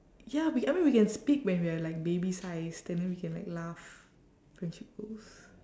ya we I mean we can speak when we are like baby sized and then we can like laugh friendship goals